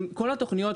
כל התוכניות,